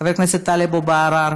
חבר הכנסת טלב אבו עראר,